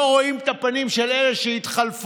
לא רואים את הפנים של אלה שהתחלפו,